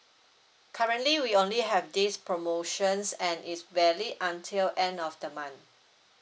currently we only have this promotions and is valid until end of the month